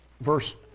verse